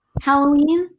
Halloween